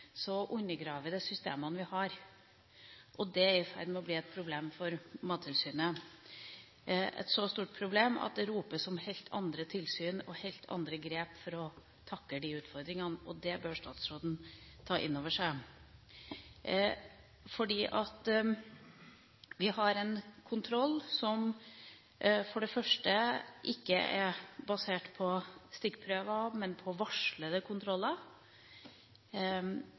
undergraver det systemene vi har. Det er i ferd med å bli et så stort problem for Mattilsynet at det ropes om helt andre tilsyn og helt andre grep for å takle de utfordringene. Det bør statsråden ta inn over seg, for vi har en kontroll som for det første ikke er basert på stikkprøver, men på varslede kontroller,